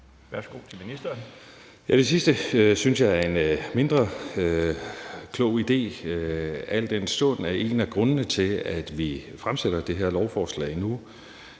(Lars Aagaard): Det sidste synes jeg er en mindre klog idé, al den stund at en af grundene til, at vi fremsætter det her lovforslag nu,